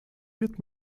wird